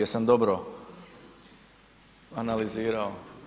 Jesam dobro analizirao?